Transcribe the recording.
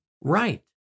right